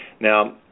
Now